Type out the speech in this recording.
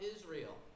Israel